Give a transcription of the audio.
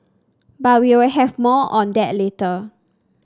but we'll have more on that later